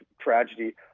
tragedy